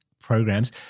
programs